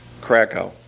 Krakow